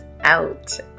out